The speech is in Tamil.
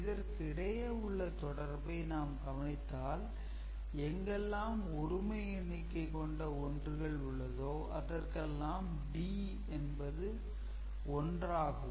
இதற்கு இடையே உள்ள தொடர்பை நாம் கவனித்தால் எங்கெல்லாம் ஒருமை எண்ணிக்கை கொண்ட 1 கள் உள்ளதோ அதற்கெல்லாம் d என்பது 1 ஆகவும்